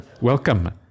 welcome